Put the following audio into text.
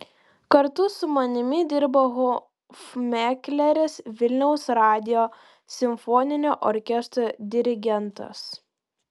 kartu su manimi dirbo hofmekleris vilniaus radijo simfoninio orkestro dirigentas